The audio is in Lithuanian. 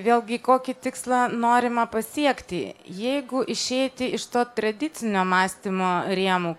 vėlgi kokį tikslą norima pasiekti jeigu išeiti iš to tradicinio mąstymo rėmų